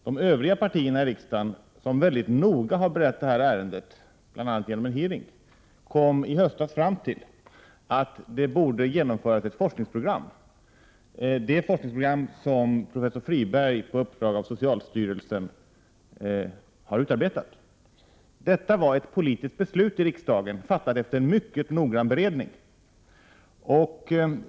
De övriga partierna i riksdagen som mycket noga har berett ärendet, bl.a. genom en utfrågning, kom i höstas fram till att det borde genomföras ett forskningsprogram. Professor Friberg har på uppdrag av socialstyrelsen utarbetat ett sådant forskningsprogram. Det var således ett politiskt beslut i riksdagen, som fattades efter mycket noggrann beredning.